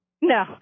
No